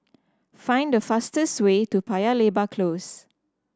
find the fastest way to Paya Lebar Close